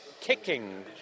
kicking